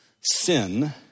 Sin